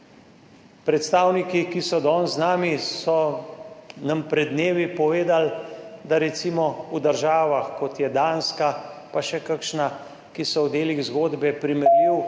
Predstavniki, ki so danes z nami, so nam pred dnevi povedali, da recimo v državah, kot je Danska in še kakšna, ki so v delih zgodbe primerljive